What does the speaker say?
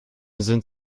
sind